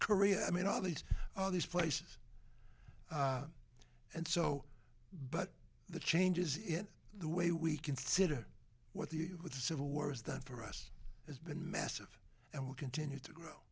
korea i mean all these all these places and so but the changes in the way we consider what the with the civil war is done for us has been massive and will continue to grow